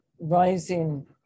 rising